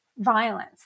violence